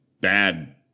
bad